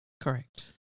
Correct